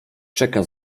czeka